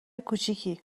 کوچیکی